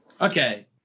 Okay